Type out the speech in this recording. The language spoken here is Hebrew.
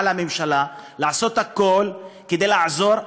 על הממשלה לעשות הכול כדי לעזור.